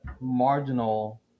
marginal